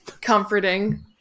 comforting